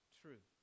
true